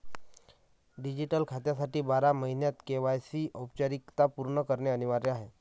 digital खात्यासाठी बारा महिन्यांत के.वाय.सी औपचारिकता पूर्ण करणे अनिवार्य आहे